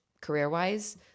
career-wise